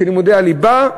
של לימודי הליבה,